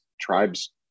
tribes